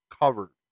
covered